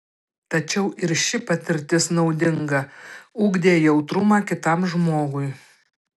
tačiau ir ši patirtis naudinga ugdė jautrumą kitam žmogui